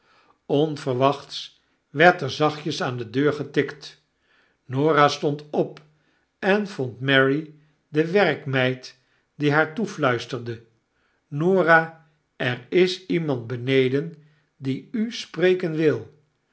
onverwachts werd er zachtjes aan de deur getikt norah stond op en vondmary de werkmeid die haar toefluisterde norah er is iemand beneden die u spreken wil